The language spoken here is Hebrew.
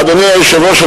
אדוני היושב-ראש,